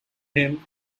him